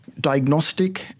diagnostic